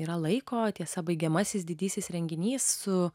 yra laiko tiesa baigiamasis didysis renginys su